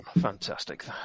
Fantastic